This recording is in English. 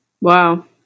Wow